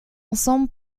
ensemble